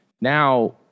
Now